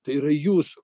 tai yra jūsų